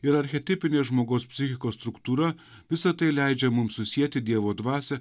ir archetipinė žmogaus psichikos struktūra visa tai leidžia mums susieti dievo dvasią